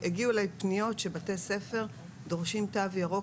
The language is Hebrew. הגיעו אלי פניות שבתי ספר דורשים תו ירוק